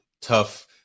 tough